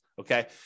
okay